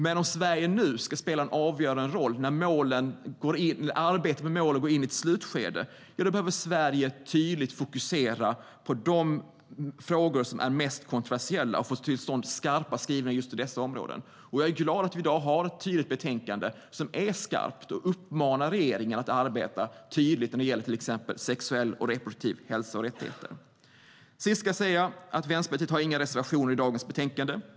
Men om Sverige ska spela en avgörande roll när arbetet med målen går in i ett slutskede behöver Sverige tydligt fokusera på de frågor som är mest kontroversiella och få till stånd skarpa skrivningar just på dessa områden. Jag är glad att vi i dag har ett tydligt betänkande som är skarpt och uppmanar regeringen att arbeta tydligt när det gäller till exempel sexuell och reproduktiv hälsa och rättigheter. Sist ska jag säga att Vänsterpartiet inte har några reservationer i dagens betänkande.